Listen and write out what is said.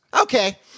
Okay